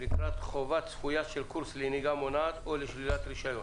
לקראת חובה צפויה של קורס לנהיגה מונעת או לשלילת רישיון.